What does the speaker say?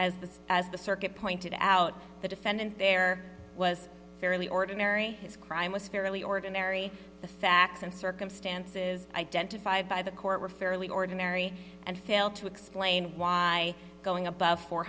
as the as the circuit pointed out the defendant there was fairly ordinary his crime was fairly ordinary the facts and circumstances identified by the court were fairly ordinary and fail to explain why going above four